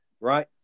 Right